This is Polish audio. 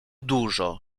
dużo